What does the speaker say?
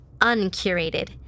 uncurated